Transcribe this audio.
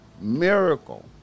miracle